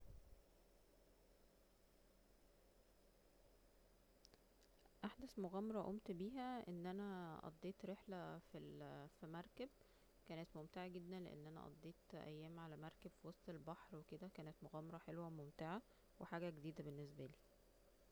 احدث مغامرة قومت بيها أن أنا قضيت رحلة في ال في مركب كانت ممتعة جدا لان أنا قضيت ايام على مركب في وسط البحر وكده كانت مغامرة حلوة وممتعة وحاجة جديدة بالنسبالي